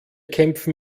kämpfen